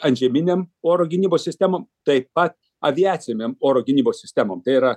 antžeminėm oro gynybos sistemom taip pat aviacinėm oro gynybos sistemom tai yra